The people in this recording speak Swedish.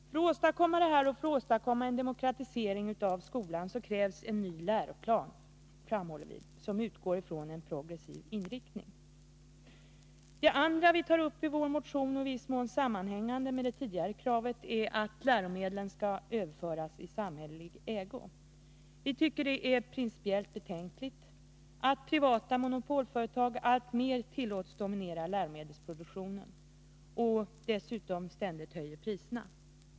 För att åstadkomma detta och för att åstadkomma en demokratisering av skolan krävs en ny läroplan, som utgår från en progressiv inriktning. Den andra punkten som vi tar upp i vår motion, och som i viss mån hänger samman med det tidigare kravet, gäller att läromedlen skall överföras i samhällelig ägo. Vi tycker det är principiellt betänkligt att privata monopolföretag alltmer tillåts dominera läromedelsmarknaden och ständigt får höja priserna.